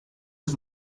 was